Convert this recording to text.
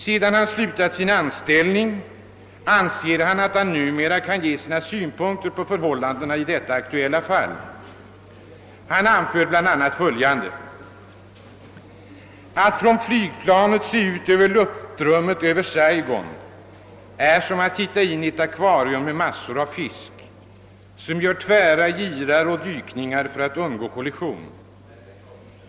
Sedan han slutat sin anställning anser han att han numera kan ge sina synpunkter på förhållandena i detta aktuella fall. Han anför bl.a. följande: »Att från flygplanet se ut över luftrummet över Saigon är som att titta in i ett akvarium med massor av fisk, som gör tvära girar och dykningar för att undgå kollision.